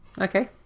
Okay